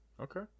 Okay